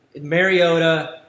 Mariota